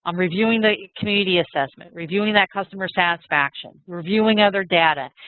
um reviewing the community assessment. reviewing that customer satisfaction. reviewing other data.